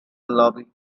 lobby